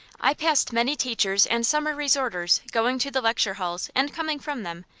i passed many teachers and summer resorters going to the lecture halls and coming from them,